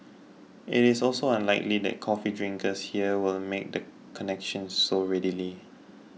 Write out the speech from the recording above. it is also unlikely that coffee drinkers here will make the connection so readily